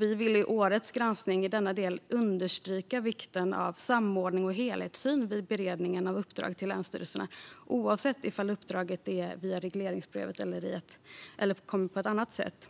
Vi vill i årets granskning i denna del understryka vikten av samordning och helhetssyn vid beredningen av uppdrag till länsstyrelserna, oavsett om uppdraget kommer via regleringsbrev eller på något annat sätt.